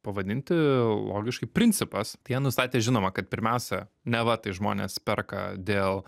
pavadinti logiškai principas tai jie nustatė žinoma kad pirmiausia neva tai žmonės perka dėl